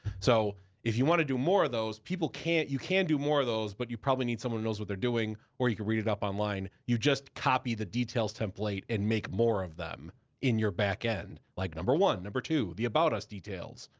so if you wanna do more of those, people can, you can do more of those. but you probably need someone who knows what they're doing, or you can read it up online. you just copy the details template and make more of them in your backend, like number one, number two, the about us details,